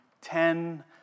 ten